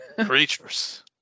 creatures